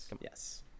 Yes